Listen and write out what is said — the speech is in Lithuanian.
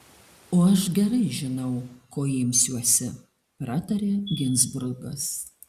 o aš gerai žinau ko imsiuosi pratarė ginzburgas